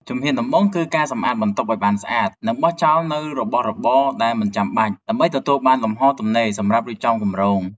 ជំហានដំបូងគឺការសម្អាតបន្ទប់ឱ្យបានស្អាត និងបោះចោលនូវរបស់របរដែលមិនចាំបាច់ ដើម្បីទទួលបានលំហទំនេរសម្រាប់រៀបចំគម្រោង។